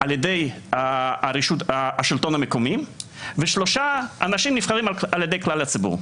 על ידי השלטון המקומי ושלושה אנשים נבחרים על ידי כלל הציבור.